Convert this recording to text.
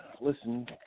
listen